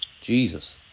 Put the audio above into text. Jesus